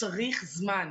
צריך זמן.